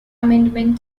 amendment